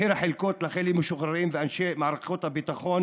מחיר החלקות לחיילים משוחררים ואנשי מערכת הביטחון